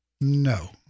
No